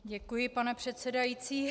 Děkuji, pane předsedající.